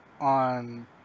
on